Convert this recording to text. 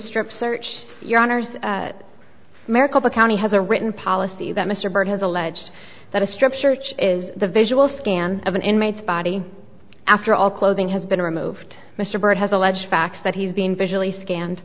strip search your honor maricopa county has a written policy that mr byrd has alleged that a strip search is the visual scan of an inmate's body after all clothing has been removed mr byrd has alleged facts that he's been visually scanned